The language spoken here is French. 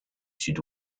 sud